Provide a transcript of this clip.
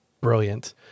brilliant